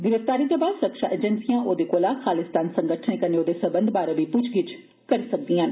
गिरफ्तारी दे बाद सुरक्षा एजेंसिया ओदे कोला खालस्तानी संगठनें कन्नै ओदे सरबंधें बारे बी पुच्छ गिच्छ करी सकदियां न